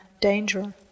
danger